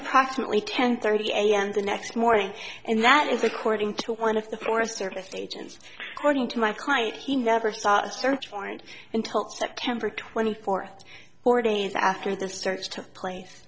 approximately ten thirty am the next morning and that is according to one of the forest service agents cording to my client he never saw a search warrant until september twenty fourth or days after the search took place